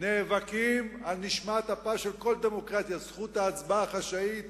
נאבקים על נשמת אפה של כל דמוקרטיה: זכות ההצבעה החשאית